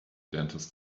dentist